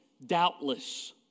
Doubtless